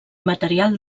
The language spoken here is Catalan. material